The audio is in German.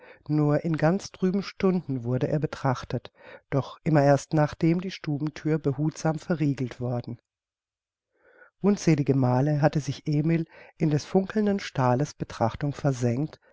nur in ganz trüben stunden wurde er betrachtet doch immer erst nachdem die stubenthür behutsam verriegelt worden unzähligemale hatte emil in des funkelnden stahles betrachtung versenkt